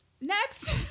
next